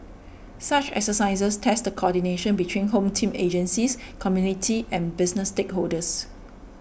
such exercises test the coordination between Home Team agencies community and business stakeholders